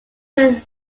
seen